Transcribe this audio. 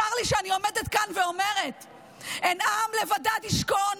צר לי שאני עומדת כאן ואומרת: "הן עם לבדד יִשכֹּן